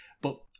but-